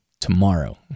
tomorrow